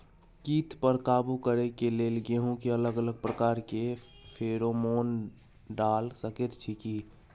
कीट पर काबू करे के लेल गेहूं के अलग अलग प्रकार के फेरोमोन डाल सकेत छी की?